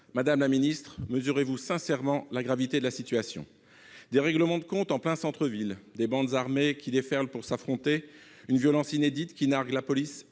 madame la ministre, mesurez-vous la gravité de la situation ? Des règlements de comptes en plein centre-ville, des bandes armées qui déferlent pour s'affronter avec une violence inédite et qui narguent la police